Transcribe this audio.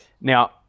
Now